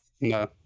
No